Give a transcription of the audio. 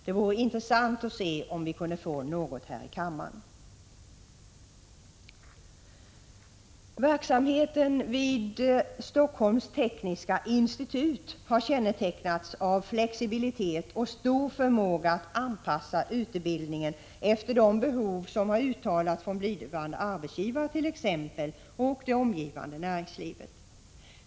Det vore intressant att se om vi kunde få något här i kammaren. Verksamheten vid Helsingforss Tekniska Institut har kännetecknats av flexibilitet och stor förmåga att anpassa utbildningen efter de behov som uttalats t.ex. från blivande arbetsgivare och från näringslivet.